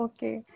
Okay